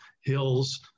hills